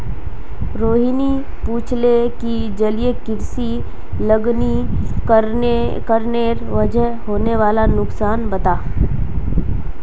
रोहिणी पूछले कि जलीय कृषित लवणीकरनेर वजह होने वाला नुकसानक बता